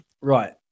Right